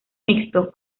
mixtos